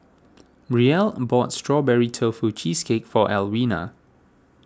Brielle bought Strawberry Tofu Cheesecake for Alwina